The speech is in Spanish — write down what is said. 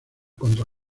contra